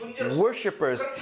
worshippers